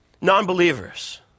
Non-believers